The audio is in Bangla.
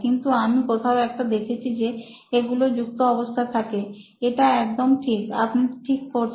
কিন্তু আমি কোথাও একটা দেখেছি যে এগুলো যুক্ত অবস্থায় থাকে এটা একদম ঠিক আপনি ঠিক করছেন